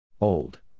Old